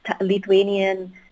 Lithuanian